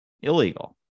illegal